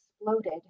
exploded